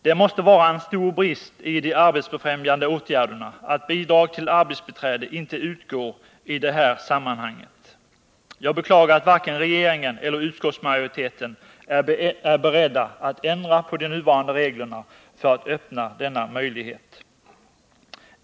Det måste anses vara en stor brist i de arbetsbefrämjande åtgärderna att bidrag till arbetsbiträde inte utgår i det här sammanhanget. Jag beklagar att varken regeringen eller utskottsmajoriteten är beredd att ändra på de nuvarande reglerna för att öppna denna möjlighet.